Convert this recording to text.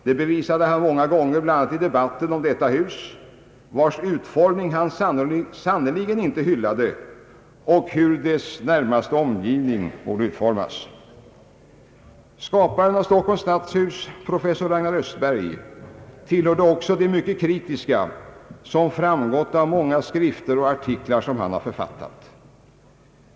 Det gjorde han många gånger också i dehatten om detta hus — vars arkitektur han sannerligen inte gillade — och ut Skaparen av Stockholms stadshus, professor Ragnar Östberg, tillhörde också de mycket kritiska, vilket framgått av många skrifter och artiklar som han författat.